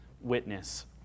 witness